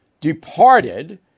departed